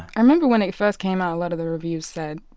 i remember when it first came out, a lot of the reviews said,